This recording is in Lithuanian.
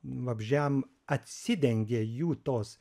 vabzdžiam atsidengia jų tos